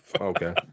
Okay